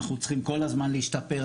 אנחנו צריכים כל הזמן להשתפר.